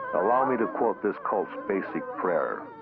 allow me to quote this cult's basic prayer.